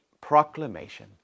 proclamation